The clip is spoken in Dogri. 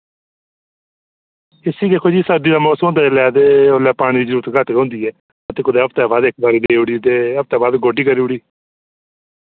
इसी दिक्खो जी सर्दी दा मौसम होंदा जिल्लै ते उसलै पानी दी जरूरत घट गै होंदी ऐ ते कुतै हफ्ते बाद इक बारी देऊड़ी ते हफ्ते बाद गोड्डी करी ओड़ी